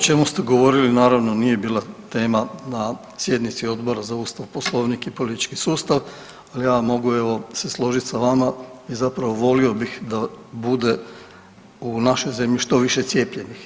O čemu ste govorili naravno nije bila tema na sjednici Odbora za Ustav, Poslovnik i politički sustav ali ja mogu evo se složit sa vama i zapravo volio bih da bude u našoj zemlji što više cijepljenih.